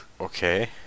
Okay